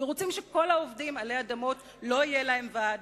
ורוצים שכל העובדים עלי אדמות לא יהיה להם ועד,